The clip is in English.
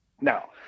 Now